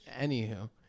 anywho